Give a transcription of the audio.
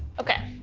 okay,